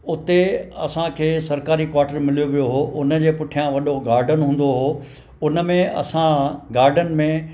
उते असांखे सरकारी क्वाटर मिलियो वियो हुओ उन जे पुठियां वॾो गार्डन हूंदो हुओ उन में असां गार्डन में